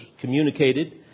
communicated